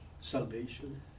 Salvation